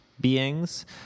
beings